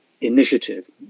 initiative